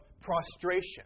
prostration